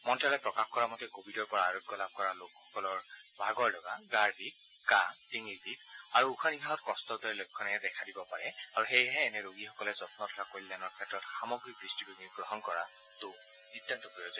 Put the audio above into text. মন্ত্যালয়ে প্ৰকাশ কৰা মতে কভিডৰ পৰা আৰোগ্য লাভ কৰা লোকসকলৰ ভাগৰ লগা গাৰ বিষ কাহ ডিঙিৰ বিষ আৰু উশাহ নিশাহত কষ্টৰ দৰে লক্ষণে দেখা দিব পাৰে আৰু সেয়েহে এনে ৰোগীসকলে যন্ন তথা কল্যাণৰ ক্ষেত্ৰত সামগ্ৰিক দৃষ্টিভংগী গ্ৰহণ কৰাটো প্ৰয়োজন